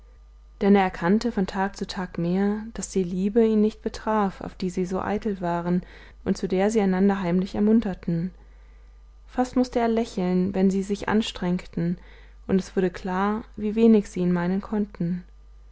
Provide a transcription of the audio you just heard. denn er erkannte von tag zu tag mehr daß die liebe ihn nicht betraf auf die sie so eitel waren und zu der sie einander heimlich ermunterten fast mußte er lächeln wenn sie sich anstrengten und es wurde klar wie wenig sie ihn meinen konnten